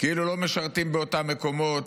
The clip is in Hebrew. כאילו לא משרתים באותם מקומות,